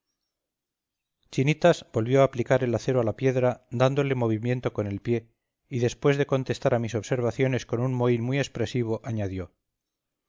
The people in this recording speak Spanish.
chinitas volvió a aplicar el acero a la piedra dandole movimiento con el pie y después de contestar a mis observaciones con un mohín muy expresivo añadió